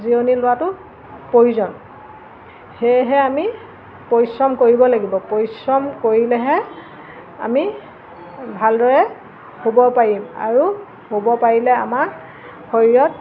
জিৰণি লোৱাটো প্ৰয়োজন সেয়েহে আমি পৰিশ্ৰম কৰিব লাগিব পৰিশ্ৰম কৰিলেহে আমি ভালদৰে শুব পাৰিম আৰু শুব পাৰিলে আমাৰ শৰীৰত